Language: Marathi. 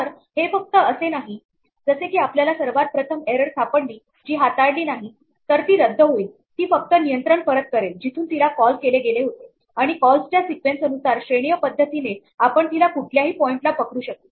तर हे असे नाही जसे की आपल्याला सर्वात प्रथम एरर सापडेल जी हाताळली नाही तर ती रद्द होईल ती फक्त नियंत्रण परत करेल जिथून तिला कॉल केले गेले होते आणि कॉल्सच्या सिक्वेन्स अनुसार श्रेणीय पद्धतीने आपण तिला कुठल्याही पॉइंटला पकडू शकू